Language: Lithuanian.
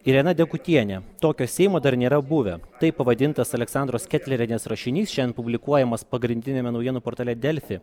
irena degutienė tokio seimo dar nėra buvę taip pavadintas aleksandros ketlerienės rašinys šiandien publikuojamas pagrindiniame naujienų portale delfi